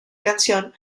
canción